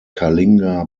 kalinga